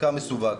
מחקר מסווג.